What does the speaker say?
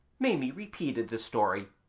maimie repeated this story,